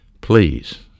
Please